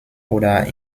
oder